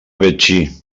betxí